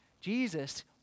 Jesus